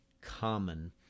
common